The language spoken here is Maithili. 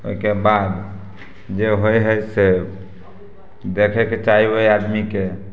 ओइके बाद जे होइ हइ से देखैके चाही ओइ आदमीके